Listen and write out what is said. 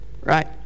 right